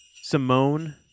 Simone